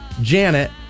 Janet